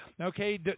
Okay